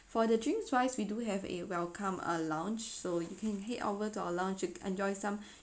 for the drinks wise we do have a welcome uh lounge so you can head over to our lounge to enjoy some